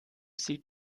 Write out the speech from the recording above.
sie